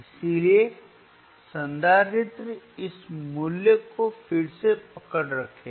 इसलिए संधारित्र इस मूल्य को फिर से पकड़ रखेगा